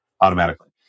automatically